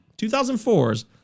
2004's